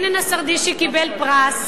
הנה נסרדישי קיבל פרס,